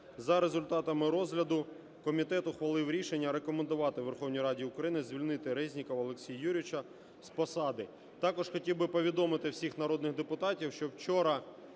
За результатами розгляду комітет ухвалив рішення рекомендувати Верховній Раді України звільнити Резнікова Олексія Юрійовича з посади. Також хотів би повідомити всіх народних депутатів, що вчора